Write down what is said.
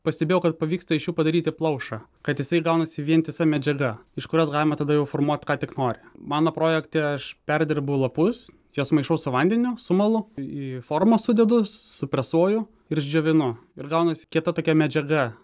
pastebėjau kad pavyksta iš jų padaryti plaušą kad jisai gaunasi vientisa medžiaga iš kurios galima tada jau formuoti ką tik nori mano projekte aš perdirbu lapus juos maišau su vandeniu sumalu į formą sudedusupresuoju ir išdžiovinu ir gaunasi kieta tokia medžiaga